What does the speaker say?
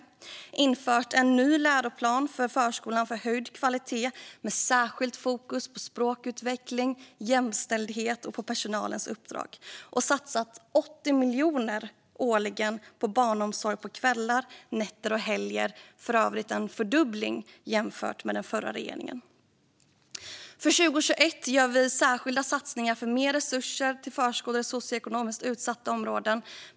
Regeringen har infört en ny läroplan för förskolan för höjd kvalitet och med särskilt fokus på språkutveckling, jämställdhet och personalens uppdrag. Den har satsat 80 miljoner årligen på barnomsorg på kvällar, nätter och helger. Det är för övrigt en fördubbling jämfört med den förra regeringens satsningar. För 2021 gör vi särskilda satsningar på mer resurser till förskolor i socioekonomiskt utsatta områden.